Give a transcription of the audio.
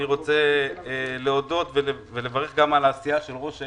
אני רוצה להודות ולברך גם על העשייה של ראש העיר.